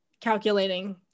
calculating